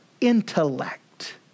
intellect